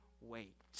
wait